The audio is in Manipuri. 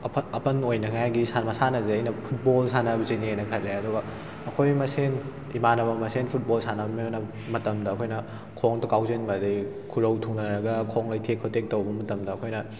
ꯑꯄꯟꯕ ꯑꯣꯏꯅꯉꯥꯏꯒꯤ ꯃꯁꯥꯟꯅꯁꯦ ꯑꯩꯅ ꯐꯨꯠꯕꯣꯜ ꯁꯥꯟꯅꯕꯁꯤꯅꯦꯅ ꯈꯜꯂꯦ ꯑꯗꯨꯒ ꯑꯩꯈꯣꯏ ꯃꯁꯦꯟ ꯏꯃꯥꯟꯅꯕ ꯃꯁꯦꯟ ꯐꯨꯠꯕꯣꯜ ꯁꯥꯟꯅꯃꯤꯟꯅꯕ ꯃꯇꯝꯗ ꯑꯩꯈꯣꯏꯅ ꯈꯣꯡꯗ ꯀꯥꯎꯁꯤꯟꯕ ꯑꯗꯩ ꯈꯨꯔꯧ ꯊꯨꯅꯔꯒ ꯈꯣꯡ ꯂꯩꯊꯦꯛ ꯈꯣꯇꯦꯛ ꯇꯧꯕ ꯃꯇꯝꯗ ꯑꯩꯈꯣꯏꯅ